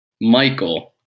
Michael